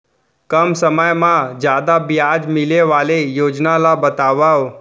कम समय मा जादा ब्याज मिले वाले योजना ला बतावव